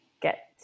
get